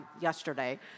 yesterday